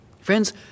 Friends